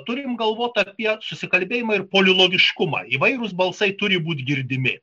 turim galvot apie susikalbėjimą ir polilogiškumą įvairūs balsai turi būt girdimi